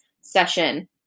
session